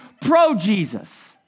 pro-Jesus